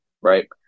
right